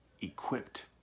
equipped